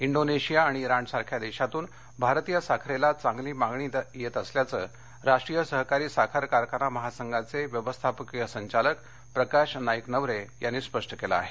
Indonesia आणि इरांणसारख्या देशातून भारतीय साखरेला चांगली मागणी येत असल्याचं राष्ट्रीय सहकारी साखर कारखाना महासंघाचे व्यवस्थापकीय संचालक प्रकाश नाईकनवरे यांनी स्पष्ट केलं आहे